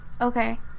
Okay